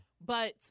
But-